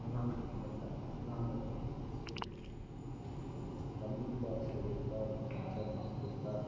ꯑꯉꯥꯡ ꯈꯨꯗꯤꯡꯃꯛꯅ ꯉꯥꯡꯒꯗꯕꯅꯤ ꯁ꯭ꯀꯨꯜꯗ ꯑꯗꯨꯒ ꯂꯝꯕꯤꯗ ꯁꯣꯔꯣꯛꯇ ꯕꯖꯥꯔꯗ ꯃꯥꯔꯀꯦꯠꯇ